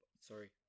sorry